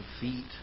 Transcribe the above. feet